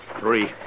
three